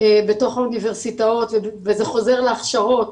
בתוך האוניברסיטאות, וזה חוזר להכשרות.